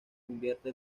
invierte